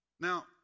Now